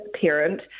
parent